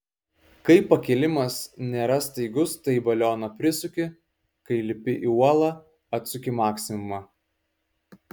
kai pakilimas nėra staigus tai balioną prisuki kai lipi į uolą atsuki maksimumą